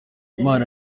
imana